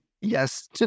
yes